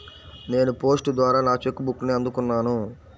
నేను పోస్ట్ ద్వారా నా చెక్ బుక్ని అందుకున్నాను